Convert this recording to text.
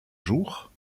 jour